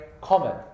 common